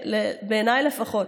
בעיניי לפחות,